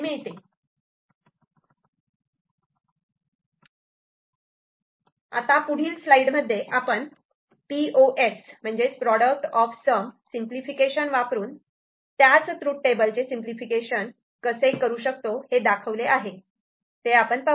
C आता पुढील स्लाइडमध्ये आपण P O S POS product of sum वापरून त्याच ट्रूथ टेबलचे सिंपलिफिकेशन कसे करू शकतो हे दाखवले आहे ते आपण पाहू